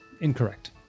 Incorrect